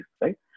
right